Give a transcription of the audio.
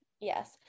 Yes